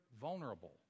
vulnerable